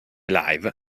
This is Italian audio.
live